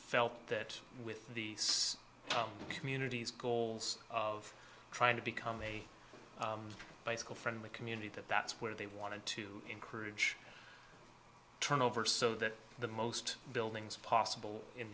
felt that with the communities goals of trying to become a bicycle friendly community that that's where they wanted to encourage turnover so that the most buildings possible in